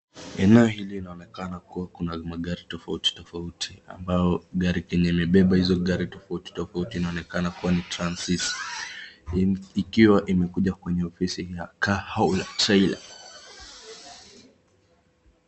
Eneo hili inaonekana kuwa kuna magari tofauti tofauti ambayo gari kenye imebeba hizo magari tofauti tofauti inaonekana kuwa ni [c]transist ikiwa imekuja kwenye ofisi ya Car Haula Trailer .